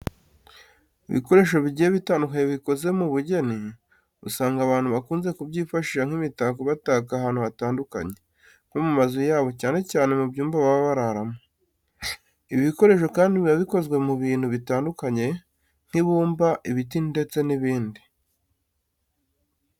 Ibikoresho bigiye bitandukanye bikoze mu bugeni, usanga abantu bakunze kubyifashisha nk'imitako bataka ahantu hatandukanye nko mu mazu yabo cyane cyane mu byumba baba bararamo. Ibi bikoresho kandi biba bikozwe mu bintu bitandukanye nk'ibumba, ibiti ndetse n'ibindi.